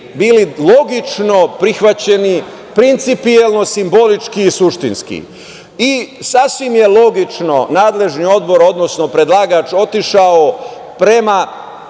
bili logično prihvaćeni, principijelno simbolički i suštinski. Sasvim je logično, nadležni Odbor, odnosno predlagač da je otišao prema,